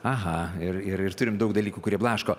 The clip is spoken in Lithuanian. aha ir ir ir turim daug dalykų kurie blaško